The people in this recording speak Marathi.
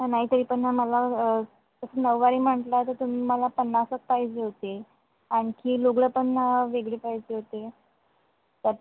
नाही तरी पण ना मला नववारी म्हटलं तर तुम्ही मला पन्नासच पाहिजे होते आणखी लुगडं पण वेगळी पाहिजे होते त्यात